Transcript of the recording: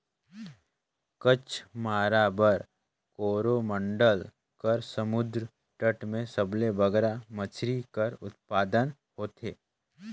कच्छ, माराबार, कोरोमंडल कर समुंदर तट में सबले बगरा मछरी कर उत्पादन होथे